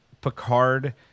picard